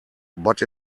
but